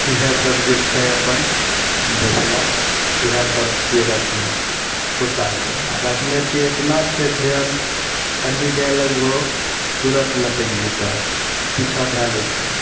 इहएसब जे छै अपन देसला इहएश्रसब छियै रखने कुत्ताके आ रखने छियै एतना छै ध्यान कनही जाए लगबहो तुरत लटैक जैतऽ पीछाँ धए लै छै